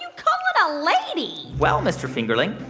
you calling a lady? well, mr. fingerling,